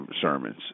sermons